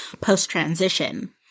post-transition